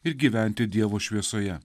ir gyventi dievo šviesoje